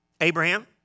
Abraham